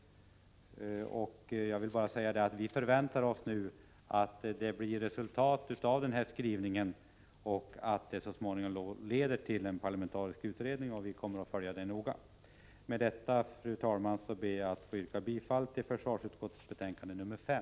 Vi förväntar oss nu att det skall bli ett resultat av utskottets skrivning så att den så småningom leder till en parlamentarisk utredning. Vi kommer att följa frågan noga. Med detta, fru talman, ber jag att få yrka bifall till utskottets hemställan i försvarsutskottets betänkande nr 5.